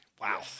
Wow